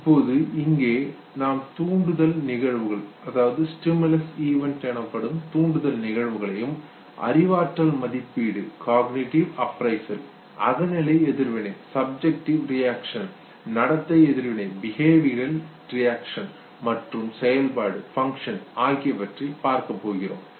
இப்பொழுது இங்கே நாம் தூண்டுதல் நிகழ்வுகள் அறிவாற்றல் மதிப்பீடு அகநிலை எதிர்வினை நடத்தை எதிர்வினை மற்றும் செயல்பாடு ஆகியவற்றை பார்க்கப் போகிறோம்